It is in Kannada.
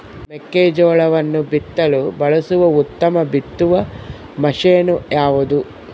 ಮೆಕ್ಕೆಜೋಳವನ್ನು ಬಿತ್ತಲು ಬಳಸುವ ಉತ್ತಮ ಬಿತ್ತುವ ಮಷೇನ್ ಯಾವುದು?